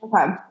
Okay